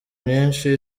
myinshi